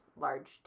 large